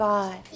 God